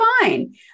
fine